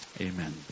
Amen